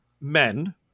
men